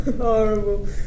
Horrible